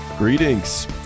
Greetings